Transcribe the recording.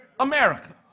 America